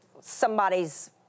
somebody's